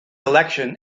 election